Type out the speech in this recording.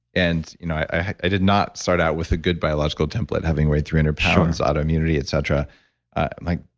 and you know i i did not start out with a good biological template, having weighed three hundred pounds autoimmunity, et cetera. ah like